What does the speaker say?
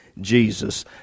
Jesus